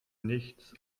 nichts